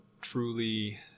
truly